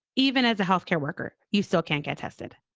even as a health care worker, you still can't get tested.